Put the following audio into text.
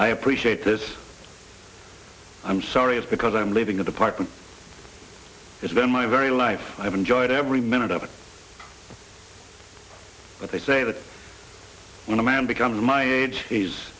i appreciate this i'm sorry it's because i'm leaving the department it's been my very life i've enjoyed every minute of it but they say that when a man becomes my age he's